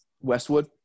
Westwood